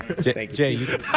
Jay